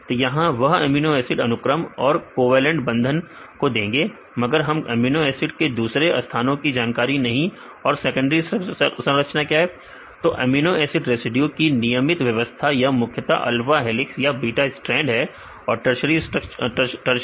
तो यहां वह अमीनो एसिड तो अमीनो एसिड रेसिड्यू की नियमित व्यवस्था यह मुख्यता अल्फा हेलिक्स या बीटा स्ट्रैंड है और टर्सरी संरचना